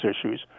issues